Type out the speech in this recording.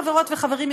חברות וחברים,